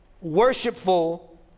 worshipful